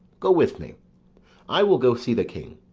go with me i will go seek the king.